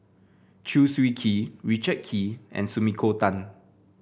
Chew Swee Kee Richard Kee and Sumiko Tan